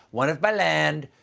one if by land,